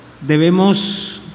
Debemos